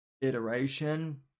iteration